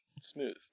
smooth